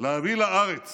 להביא לארץ